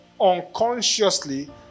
unconsciously